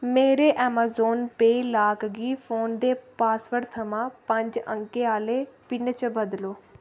मेरे ऐमाज़ॉन पेऽ लाक गी फोन दे पासवर्ड थमां पंज अंकें आह्ले पिन च बदलो